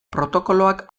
protokoloak